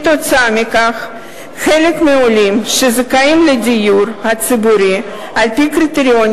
התוצאה היא שחלק מהעולים שזכאים לדיור הציבורי על-פי הקריטריונים